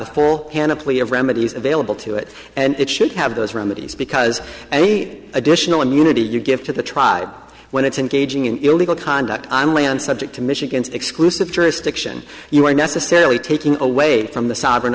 of remedies available to it and it should have those remedies because any additional immunity you give to the tribe when it's engaging in illegal conduct on land subject to michigan's exclusive jurisdiction you are necessarily taking away from the sovereign